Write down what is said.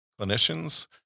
clinicians